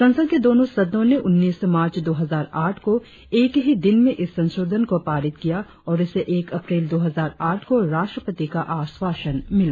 संसद के दोनो सदनो ने उन्नीस मार्च दोहजार आठ को एक ही दिन में इस संशोधन को पारित किया और इसे एक अप्रैल दो हजार आठ को राष्ट्रपति का आश्वासन मिला